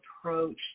approach